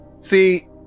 See